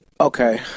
okay